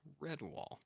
Redwall